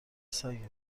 سگه